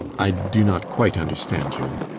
i do not quite understand you.